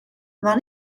war